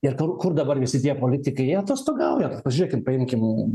ir kur dabar visi tie politikai jie atostogauja pažiūrėkim paimkim